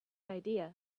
idea